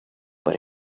but